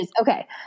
Okay